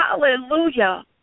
Hallelujah